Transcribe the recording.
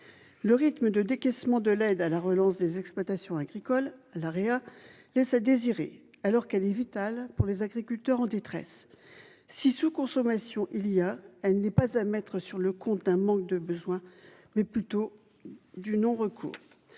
le rythme de décaissement de l'aide à la relance des exploitations agricoles la Aria laisse à désirer, alors qu'elle est vitale pour les agriculteurs en détresse si sous-consommation il y a, elle, n'est pas à mettre sur le compte d'un manque de besoin mais plutôt du non-recours